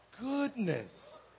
goodness